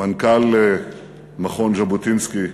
מנכ"ל מכון ז'בוטינסקי,